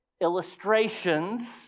illustrations